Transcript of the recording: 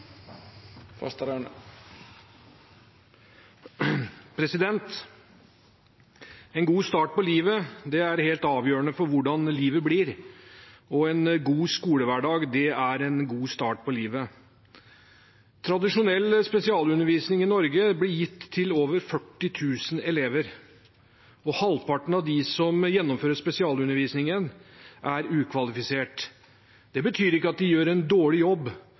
En god start på livet er helt avgjørende for hvordan livet blir, og en god skolehverdag er en god start på livet. Tradisjonell spesialundervisning i Norge blir gitt til over 40 000 elever. Halvparten av dem som gjennomfører spesialundervisningen, er ukvalifisert. Det betyr ikke at de gjør en dårlig jobb,